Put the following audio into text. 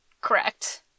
Correct